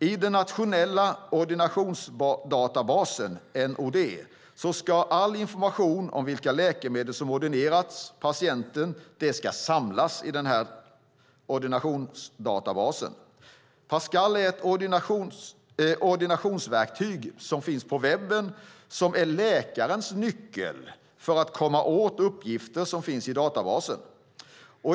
I den nationella ordinationsdatabasen, NOD, ska all information samlas om vilka läkemedel som ordinerats patienten. Pascal är ett ordinationsverktyg som finns på webben och som är läkarens nyckel för att komma åt uppgifterna i databasen.